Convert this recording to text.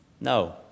No